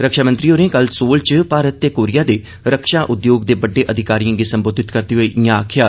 रक्षामंत्री होरें कल सयोल च भारत ते कोरिया दे रक्षा उद्योग दे बड्डे अधिकारियें गी सम्बोधित करदे होई इयां आक्खेया